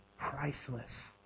priceless